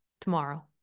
tomorrow